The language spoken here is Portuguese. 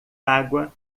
água